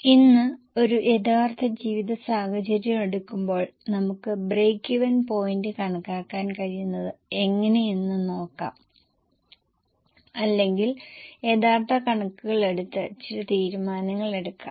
ഇന്ന് ഒരു യഥാർത്ഥ ജീവിത സാഹചര്യം എടുക്കുമ്പോൾ നമുക്ക് ബ്രേക്ക് ഇവൻ പോയിന്റ് കണക്കാക്കാൻ കഴിയുന്നത് എങ്ങനെയെന്ന് നോക്കാം അല്ലെങ്കിൽ യഥാർത്ഥ കണക്കുകൾ എടുത്ത് ചില തീരുമാനങ്ങൾ എടുക്കാം